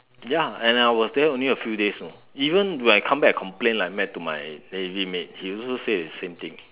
ya and I was there only a few days you know even when I come back I complain like mad to my navy mate he also said the same thing